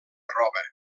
roba